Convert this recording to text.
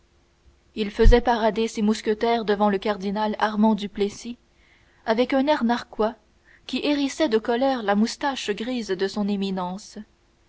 il faisait parader ses mousquetaires devant le cardinal armand duplessis avec un air narquois qui hérissait de colère la moustache grise de son éminence